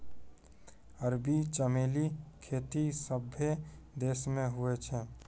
अरबी चमेली खेती सभ्भे देश मे हुवै छै